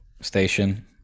station